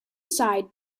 side